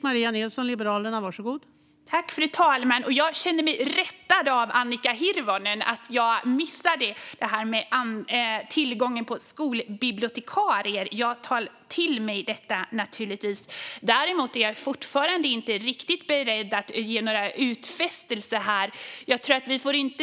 Fru talman! Jag känner mig rättad av Annika Hirvonen. Jag missade det här med tillgången på skolbibliotekarier. Jag tar till mig det. Däremot är jag fortfarande inte riktigt beredd att göra några utfästelser.